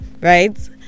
right